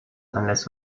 unless